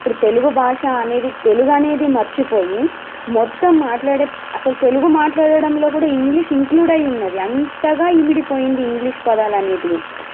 ఇప్పుడు తెలుగు భాష అనేది తెలుగు అనేది మర్చిపోయి మొత్తం మాట్లాడే అసలు తెలుగు మాట్లాడడంలో కూడా ఇంగ్లీష్ ఇంక్లూడ్ అయ్యి ఉన్నది అంతగా ఇమిడిపోయింది ఇంగ్లీష్ పదాలు అనేటివి